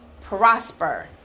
prosper